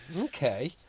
Okay